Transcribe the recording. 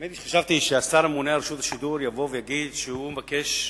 האמת היא שחשבתי שהשר הממונה על רשות השידור יבוא ויגיד שהוא מבקש,